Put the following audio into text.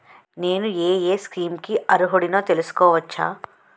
నేను యే యే స్కీమ్స్ కి అర్హుడినో తెలుసుకోవచ్చా?